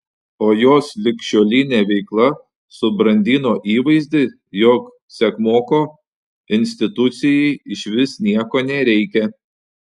o jos ligšiolinė veikla subrandino įvaizdį jog sekmoko institucijai išvis nieko nereikia